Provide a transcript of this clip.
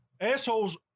Assholes